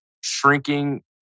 shrinking